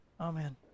amen